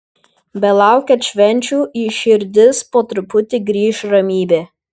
belaukiant švenčių į širdis po truputį grįš ramybė